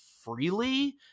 freely